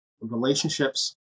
relationships